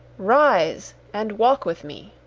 rise! and walk with me!